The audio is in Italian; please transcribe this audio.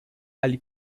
ali